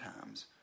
times